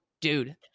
dude—